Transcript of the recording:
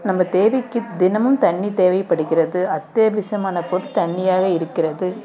நம்ம தேவைக்கு தினமும் தண்ணி தேவைப்படுகிறது அத்தியாவசியமான பொருள் தண்ணியாக இருக்கிறது